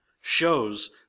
shows